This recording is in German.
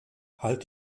halt